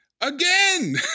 again